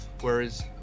Whereas